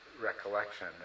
recollection